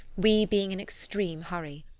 we being in extreme hurry.